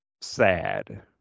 sad